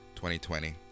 2020